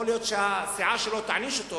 יכול להיות שהסיעה שלו תעניש אותו,